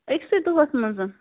أکۍسٕے دۄہس منٛز